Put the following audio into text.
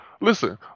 listen